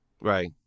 Right